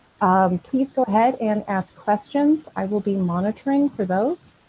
please go ahead and ask questions. i will be monitoring for those,